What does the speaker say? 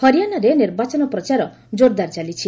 ହରିୟାଣାରେ ନିର୍ବାଚନ ପ୍ରଚାର କୋର୍ଦାର୍ ଚାଲିଛି